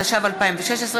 התשע"ו 2016,